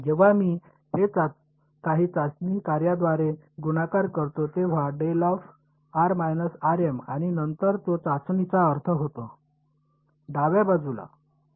जेव्हा मी हे काही चाचणी कार्याद्वारे गुणाकार करतो तेव्हा आणि नंतर तो चाचणीचा अर्थ होतो डाव्या बाजूला